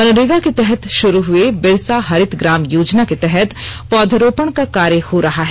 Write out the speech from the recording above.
मनरेगा के तहत शुरू हुए बिरसा हरित ग्राम योजना के तहत पौधरोपण का कार्य हो रहा है